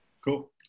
cool